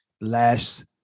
last